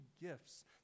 gifts